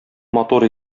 матур